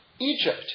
Egypt